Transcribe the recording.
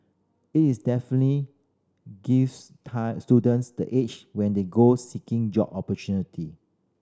is definitely gives students the edge when they go seeking job opportunity